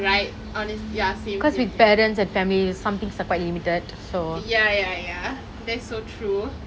right honestly ya same same same because with parents and family some things are quite limited so ya ya ya that's so true